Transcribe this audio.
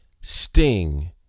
Sting